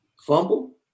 fumble